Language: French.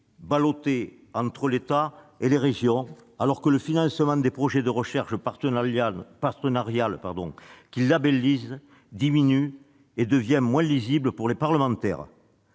ballottés entre l'État et les régions, alors que le financement des projets de recherche partenariale qu'ils labellisent diminue et devient moins lisible pour les parlementaires.